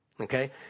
Okay